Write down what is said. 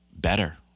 better